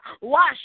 Wash